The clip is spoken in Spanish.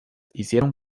hicieron